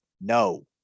no